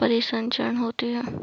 परिसंचरण होती है